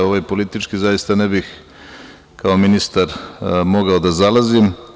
Ovaj politički, zaista kao ministar ne bih mogao da zalazim.